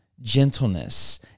gentleness